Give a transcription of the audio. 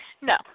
No